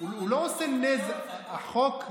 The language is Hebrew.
הוא לא עושה נזק, הצעת החוק.